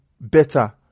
better